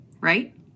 right